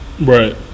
Right